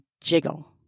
jiggle